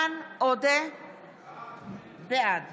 בעד